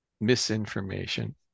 misinformation